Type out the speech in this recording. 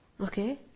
okay